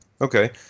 okay